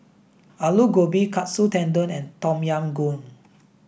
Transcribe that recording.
Alu Gobi Katsu Tendon and Tom Yam Goong